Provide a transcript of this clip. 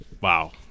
wow